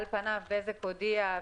על פניו בזק הודיעה,